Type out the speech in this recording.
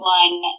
one